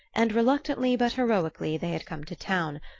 and reluctantly but heroically they had come to town,